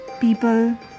people